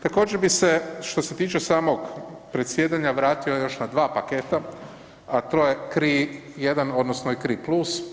Također bi se, što se tiče samog predsjedanja vratio još na 2 paketa, a to je CRI 1 odnosno i CRI Plus.